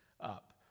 up